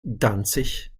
danzig